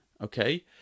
okay